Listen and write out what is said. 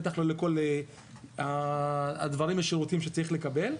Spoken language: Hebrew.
בטח לא לכל הדברים והשירותים שצריך לקבל.